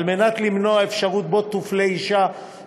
על מנת למנוע אפשרות שאישה תופלה ביחס